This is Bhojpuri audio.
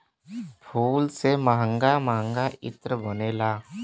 फूल से महंगा महंगा इत्र बनला